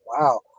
Wow